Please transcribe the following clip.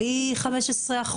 בלי 15%,